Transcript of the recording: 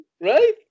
Right